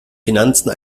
finanzen